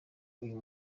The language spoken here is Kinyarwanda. uyu